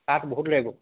কাঠ বহুত লাগিব